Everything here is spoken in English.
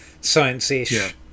science-ish